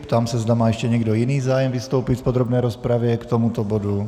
Ptám se, zda má ještě někdo jiný zájem vystoupit v podrobné rozpravě k tomuto bodu.